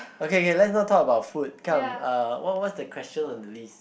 okay K let's not talk about food come uh what what's the question on the list